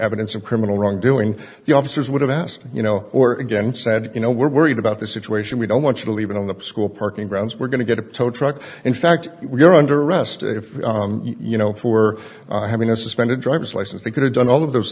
evidence of criminal wrongdoing the officers would have asked you know or again said you know we're worried about this situation we don't want you to leave it on the school parking grounds we're going to get a toad truck in fact we're under arrest if you know for having a suspended driver's license they could have done all of those